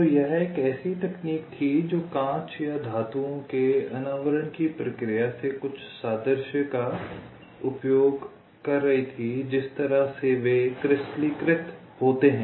तो यह एक ऐसी तकनीक थी जो कांच या धातुओं के अनावरण की प्रक्रिया से कुछ सादृश्य का उपयोग कर रही थी जिस तरह से वे क्रिस्टलीकृत होते हैं